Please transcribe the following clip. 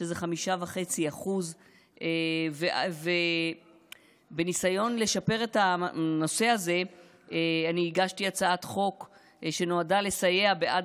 שזה 5.5%. בניסיון לשפר את הנושא הזה הגשתי הצעת חוק שנועדה לסייע מול